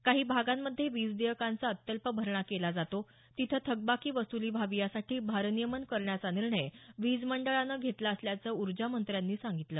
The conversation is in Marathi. काही भागांमध्ये विज देयकांचा अत्यल्प भरणा केला जातो तिथं थकबाकी वसुली व्हावी यासाठी भारनियमन करण्याचा निर्णय वीज मंडळानं घेतला असल्याचं उर्जा मंत्र्यांनी सांगितलं